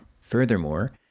Furthermore